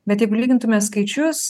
bet jeigu lygintume skaičius